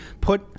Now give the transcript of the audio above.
put